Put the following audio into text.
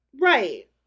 Right